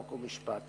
חוק ומשפט.